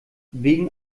wegen